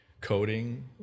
coding